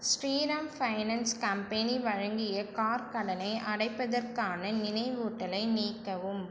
Sriram finance company வழங்கிய car கடனை அடைப்பதற்கான நினைவூட்டலை நீக்கவும்